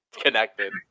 connected